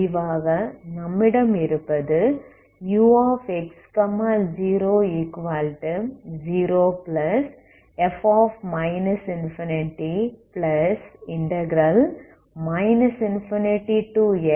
முடிவாக நம்மிடம் இருப்பது ux00f ∞ ∞xfydyf ∞fx f ∞f